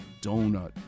donut